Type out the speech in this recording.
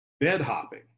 bed-hopping